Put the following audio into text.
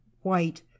white